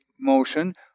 motion